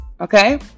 Okay